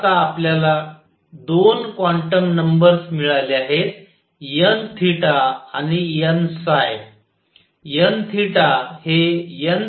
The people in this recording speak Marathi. तर आता आपल्याला 2 क्वांटम नंबर्स मिळाले आहेत n आणि n